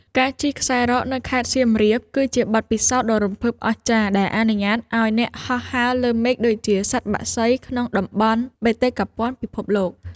ការជិះខ្សែរ៉កនៅខេត្តសៀមរាប គឺជាបទពិសោធន៍ដ៏រំភើបអស្ចារ្យដែលអនុញ្ញាតឱ្យអ្នកហោះហើរលើមេឃដូចជាសត្វបក្សីក្នុងតំបន់បេតិកភណ្ឌពិភពលោក។